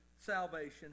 salvation